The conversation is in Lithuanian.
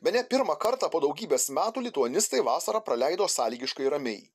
bene pirmą kartą po daugybės metų lituanistai vasarą praleido sąlygiškai ramiai